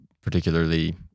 particularly